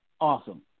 Awesome